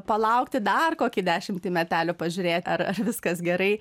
palaukti dar kokį dešimtį metelių pažiūrėti ar viskas gerai